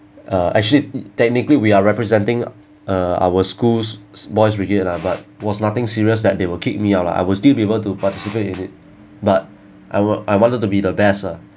uh actually technically we are representing uh our school's boys' brigade lah but was nothing serious that they will kick me out lah I will still be able to participate in it but I will I wanted to be the best ah